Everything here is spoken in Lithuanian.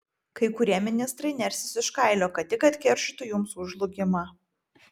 kai kurie ministrai nersis iš kailio kad tik atkeršytų jums už žlugimą